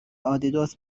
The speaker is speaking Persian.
آدیداس